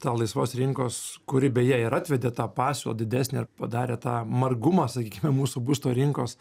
tą laisvos rinkos kuri beje ir atvedė tą pasiūlą didesnę ir padarė tą margumą sakykime mūsų būsto rinkos